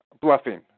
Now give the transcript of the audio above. bluffing